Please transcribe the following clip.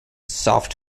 soft